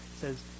says